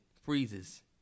Freezes